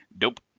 Nope